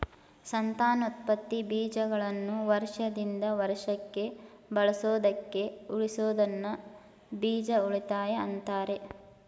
ಸಂತಾನೋತ್ಪತ್ತಿ ಬೀಜಗಳನ್ನು ವರ್ಷದಿಂದ ವರ್ಷಕ್ಕೆ ಬಳಸೋದಕ್ಕೆ ಉಳಿಸೋದನ್ನ ಬೀಜ ಉಳಿತಾಯ ಅಂತಾರೆ